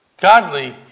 Godly